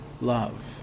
love